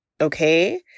Okay